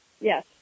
Yes